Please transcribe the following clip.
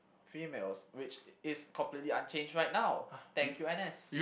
females which is completely unchanged right now thank you N_S